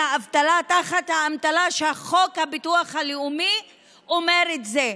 האבטלה באמתלה שחוק הביטוח הלאומי אומר את זה.